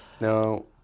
Now